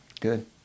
Good